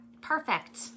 perfect